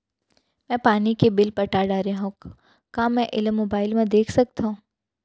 मैं पानी के बिल पटा डारे हव का मैं एला मोबाइल म देख सकथव?